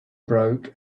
broke